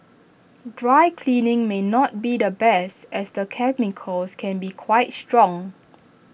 dry cleaning may not be the best as the chemicals can be quite strong